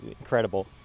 incredible